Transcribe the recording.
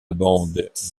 bande